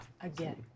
again